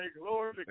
Glory